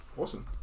Awesome